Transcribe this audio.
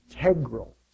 integral